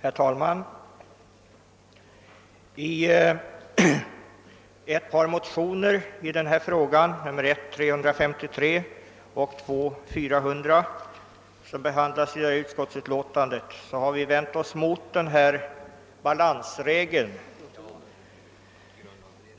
Herr talman! I ett par motioner i denna fråga, I: 353 och II:400, som behandlas i detta utskottsutlåtande, har vi vänt oss mot denna balansregel,